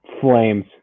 Flames